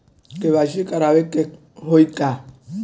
KYC करावे के होई का?